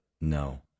No